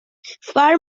far